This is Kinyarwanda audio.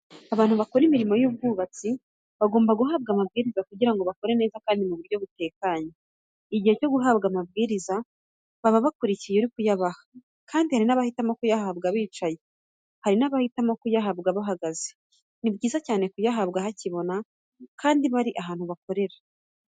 Abantu bakora imirimo y'ubwubatsi bagomba guhabwa amabwiriza kugira ngo bakore neza kandi mu buryo butekanye. Igihe cyo guhabwa amabwiriza baba bakurikiye uri kuyabaha; hari abahitamo kuyahabwa bicaye, hari na bahitamo kuyahabwa bahagaze. Ni byiza cyane kuyahabwa hakibona kandi bari ahantu bakorera.